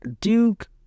Duke